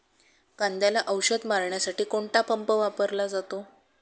कांद्याला औषध मारण्यासाठी कोणता पंप वापरला जातो?